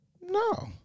No